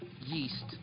yeast